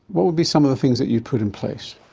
what would be some of the things that you'd put in place?